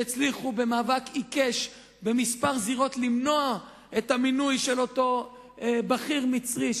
שהצליחו במאבק עיקש בכמה זירות למנוע את המינוי של אותו בכיר מצרי,